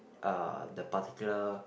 uh the particular